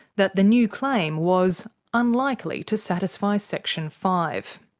that the new claim was unlikely to satisfy section five.